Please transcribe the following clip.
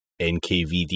NKVD